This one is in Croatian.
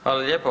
Hvala lijepo.